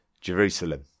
Jerusalem